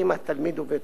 התלמיד ובית-הספר.